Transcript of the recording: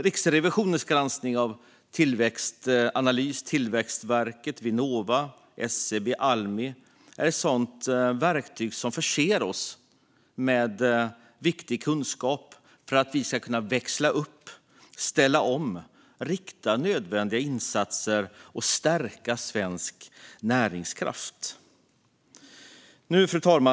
Riksrevisionens granskning av Tillväxtanalys, Tillväxtverket, Vinnova, SCB och Almi är ett verktyg som förser oss med viktig kunskap för att vi ska kunna växla upp, ställa om och rikta in nödvändiga insatser och stärka svensk näringskraft Fru talman!